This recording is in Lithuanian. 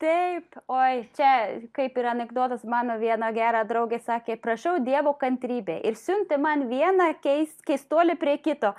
taip oi čia kaip ir anekdotas mano viena gera draugė sakė prašau dievo kantrybė ir siunti man vieną keis keistuolį prie kito